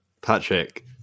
Patrick